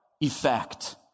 effect